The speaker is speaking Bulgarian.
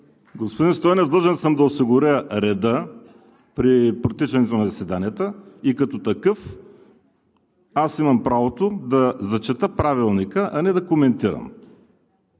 Господин Стойнев, длъжен съм да осигуря реда при протичането на заседанията и като такъв имам правото да зачета Правилника, а не да коментирам,